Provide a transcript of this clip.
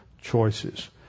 choices